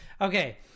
Okay